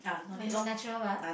I'm the natural lah